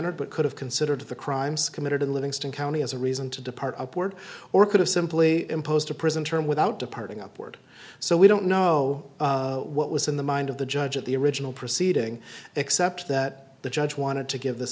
but could have considered the crimes committed in livingston county as a reason to depart upward or could have simply imposed a prison term without departing upward so we don't know what was in the mind of the judge at the original proceeding except that the judge wanted to give this